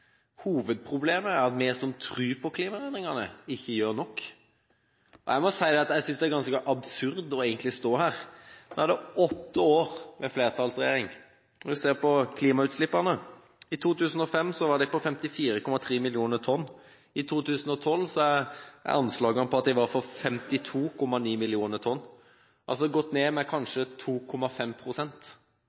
Hovedproblemet er at vi som tror på klimaendringene, ikke gjør nok. Jeg vil si at det er ganske absurd å stå her. Nå er det åtte år med flertallsregjering. Når man ser på klimautslippene, var de i 2005 på 54,3 millioner tonn. I 2012 er anslaget på 52,9 millioner tonn, altså har utslippene gått ned med kanskje